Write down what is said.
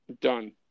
done